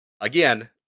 again